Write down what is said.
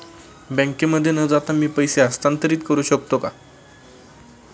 बँकेमध्ये न जाता मी पैसे हस्तांतरित करू शकतो का?